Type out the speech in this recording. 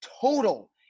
total